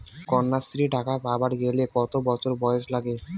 কন্যাশ্রী টাকা পাবার গেলে কতো বছর বয়স লাগে?